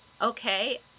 okay